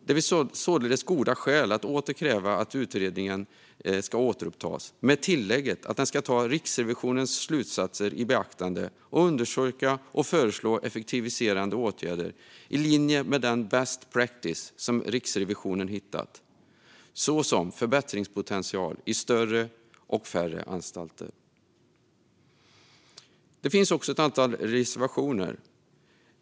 Det finns således goda skäl att åter kräva att utredningen ska återupptas med tillägget att den ska ta Riksrevisionens slutsatser i beaktande och undersöka och föreslå effektiviserande åtgärder i linje med den best practice som Riksrevisionen hittat, såsom förbättringspotentialen i större och färre anstalter. Kristdemokraterna har ett antal reservationer.